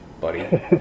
buddy